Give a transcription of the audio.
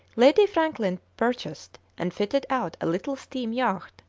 lady franklin purchased and fitted out a little steam yacht,